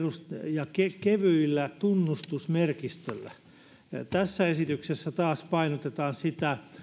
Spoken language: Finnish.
ja kevyellä tunnistusmerkistöllä vaan tässä esityksessä painotetaan sitä